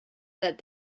that